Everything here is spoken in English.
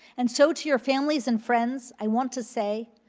and so to your families and friends, i want to say,